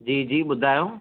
जी जी ॿुधायो